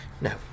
No